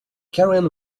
karen